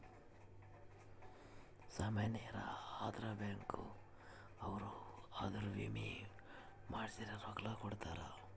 ಸಾಮನ್ ಯೆನರ ಅದ್ರ ಬ್ಯಾಂಕ್ ಅವ್ರು ಅದುರ್ ವಿಮೆ ಮಾಡ್ಸಿದ್ ರೊಕ್ಲ ಕೋಡ್ತಾರ